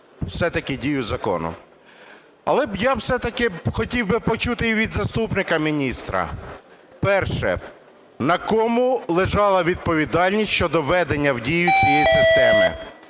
все-таки дію закону. Але я б все-таки хотів би почути і від заступника міністра. Перше. На кому лежала відповідальність щодо введення в дію цієї системи.